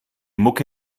mucke